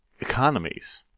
economies